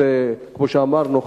כמו שאמרנו,